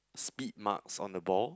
speed marks on the ball